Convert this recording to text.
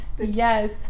yes